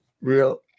real